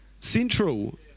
Central